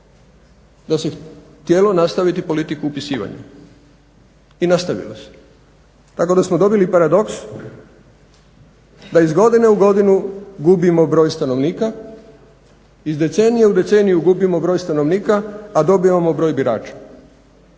da se htjelo nastaviti politiku upisivanja i nastavilo se tako da smo dobili paradoks da iz godine u godinu gubimo broj stanovnika, iz decenije u deceniju gubimo broj stanovnika, a dobivamo broj birača.